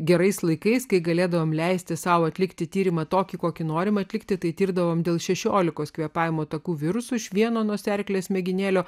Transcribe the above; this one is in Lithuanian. gerais laikais kai galėdavome leisti sau atlikti tyrimą tokį kokį norime atlikti tai tirdavome dėl šešiolikos kvėpavimo takų virusų iš vieno nosiaryklės mėginėlio